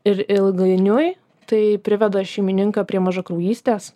ir ilgainiui tai priveda šeimininką prie mažakraujystės